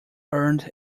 earned